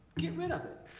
get rid of it.